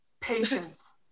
Patience